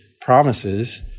promises